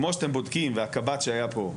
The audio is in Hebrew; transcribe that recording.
כמו שאתם בודקים וראש אגף ביטחון שהיה פה,